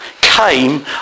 came